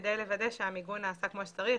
כדי לוודא שהמיגון נעשה כמו שצריך,